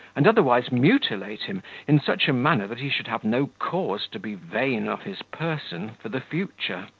and otherwise mutilate him in such a manner that he should have no cause to be vain of his person for the future.